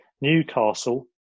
Newcastle